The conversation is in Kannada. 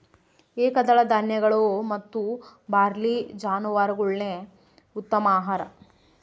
ಏಕದಳ ಧಾನ್ಯಗಳು ಮತ್ತು ಬಾರ್ಲಿ ಜಾನುವಾರುಗುಳ್ಗೆ ಉತ್ತಮ ಆಹಾರ